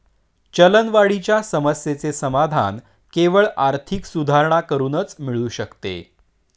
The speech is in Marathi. चलनवाढीच्या समस्येचे समाधान केवळ आर्थिक सुधारणा करूनच मिळू शकते